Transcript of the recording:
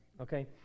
okay